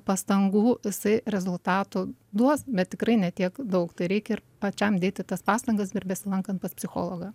pastangų jisai rezultatų duos bet tikrai ne tiek daug tai reikia ir pačiam dėti tas pastangas ir besilankant pas psichologą